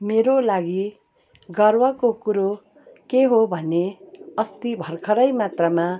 मेरो लागि गर्वको कुरो के हो भने अस्ति भर्खरै मात्रामा